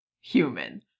human